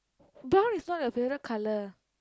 brown is not your favourite colour